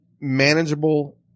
manageable